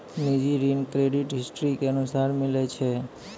निजी ऋण credit history के अनुसार मिलै छै